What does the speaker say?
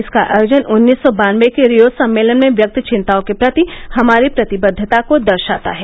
इसका आयोजन उन्नीस सौ बान्नबे के रिओ सम्मेलन में व्यक्त चिन्ताओं के प्रति हमारी प्रतिबद्धता को दर्शाता है